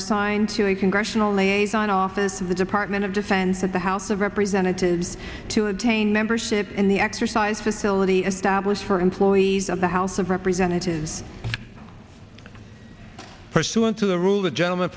assigned to a congressional liaison office of the department of defense or the house of representatives to attain membership in the exercise distillery and stablished for employees of the house of representatives pursuant to the rule the gentleman